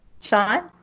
Sean